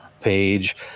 page